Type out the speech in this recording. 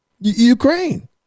Ukraine